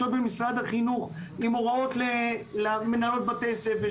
במשרד החינוך עם הוראות למנהלות בתי הספר,